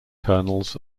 kernels